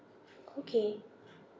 okay